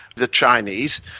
the chinese,